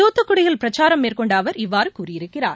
தூத்துக்குடியில் பிரச்சாரம் மேற்கொண்டஅவர் இவ்வாறுகூறியிருக்கிறார்